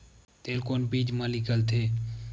तेल कोन बीज मा निकलथे?